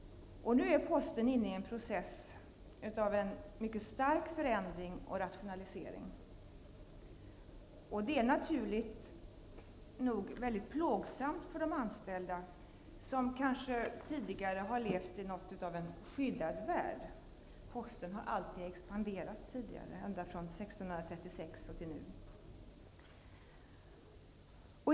Nu är posten inne i en process av mycket stark förändring och rationalisering. Det är naturligt nog mycket plågsamt för de anställda, som tidigare kanske har levt i något av en skyddad värld. Posten har tidigare alltid expanderat, ända från 1636 fram till nu.